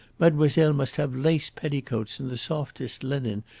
mademoiselle must have lace petticoats and the softest linen,